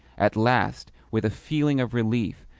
at last, with a feeling of relief,